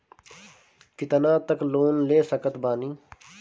कितना तक लोन ले सकत बानी?